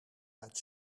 uit